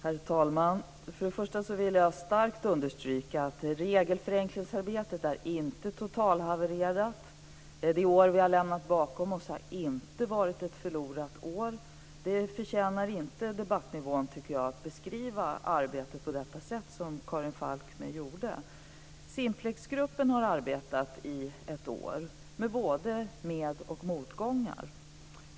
Herr talman! För det första vill jag starkt understryka att regelförenklingsarbetet inte är totalhavererat. Det år vi har bakom oss har inte varit ett förlorat år. Debattnivån tjänar inte, tycker jag, på att man beskriver arbetet på det sätt som Karin Falkmer gjorde. Simplexgruppen har arbetat i ett år med både med och motgångar.